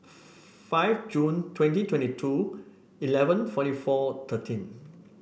five June twenty twenty two eleven forty four thirteen